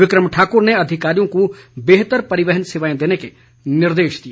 विक्रम ठाकुर ने अधिकारियों को बेहतर परिवहन सेवाएं देने के निर्देश दिए